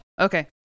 Okay